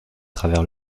travers